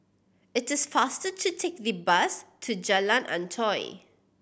it is faster to take the bus to Jalan Antoi